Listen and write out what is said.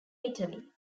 italy